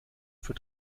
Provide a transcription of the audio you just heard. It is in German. für